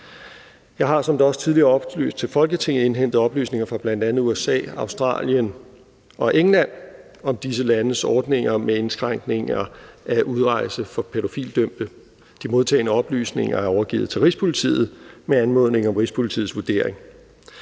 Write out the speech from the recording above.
Jeg har, som der også tidligere er oplyst til Folketinget, indhentet oplysninger fra bl.a. USA, Australien og England om disse landes ordninger med indskrænkninger, hvad angår udrejse for pædofilidømte. De modtagne oplysninger er overgivet til Rigspolitiet med anmodning om Rigspolitiets vurdering.